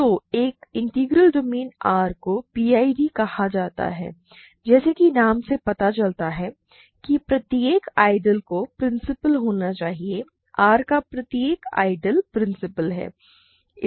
तो एक integral domain R को PID कहा जाता है जैसा कि नाम से पता चलता है कि प्रत्येक आइडियल को प्रिंसिपल होना चाहिए R का प्रत्येक आइडियल प्रिंसिपल है